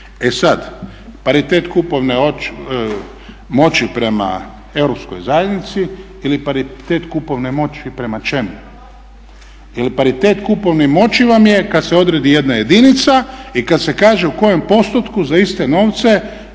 E sada, paritet kupovne moći prema Europskoj zajednici ili paritet kupovne moći prema čemu? Jer paritet kupovne moći vam je kada se odredi jedna jedinica i kada se kaže u kojem postotku za iste novce